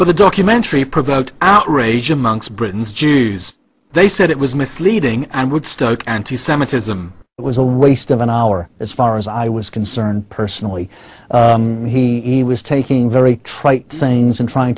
but the documentary provoked outrage among britain's jews they said it was misleading and would stoke anti semitism was a waste of an hour as far as i was concerned personally he was taking very trite things and trying